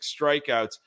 strikeouts